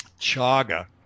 chaga